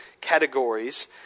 categories